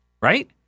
Right